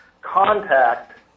contact